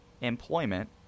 employment